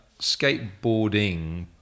skateboarding